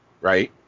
right